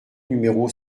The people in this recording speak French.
numéro